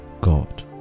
God